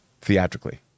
theatrically